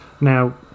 Now